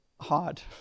hard